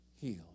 healed